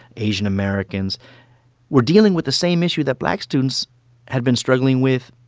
asian-americans were dealing with the same issue that black students had been struggling with,